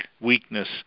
weakness